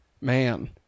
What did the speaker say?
Man